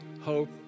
hope